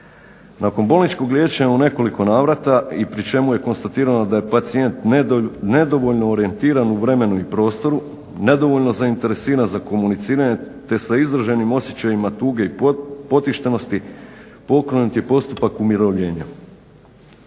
Nakon bolničkog liječenja u nekoliko navrati, i pri čemu je konstatirano da je pacijent nedovoljno orijentiran u vremenu i prostoru, nedovoljno zainteresiran za komuniciranje, te sa izraženim osjećajima tuge i potištenosti, pokrenut je postupka umirovljenja.